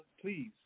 please